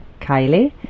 Kylie